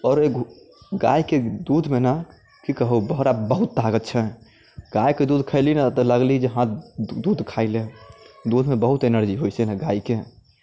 आओर एगो गायके दूधमे ने की कहू बहुत ताकत छै गायके दूध खइली ने तऽ लगली जे हँ दूध खाइले दूधमे बहुत एनर्जी होइ छै ने गायके